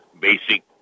basic